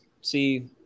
see